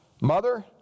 Mother